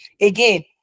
Again